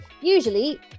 usually